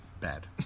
Bad